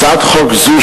הצעת חוק זו,